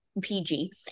PG